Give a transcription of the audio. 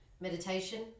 meditation